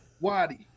Waddy